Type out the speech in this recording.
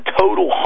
total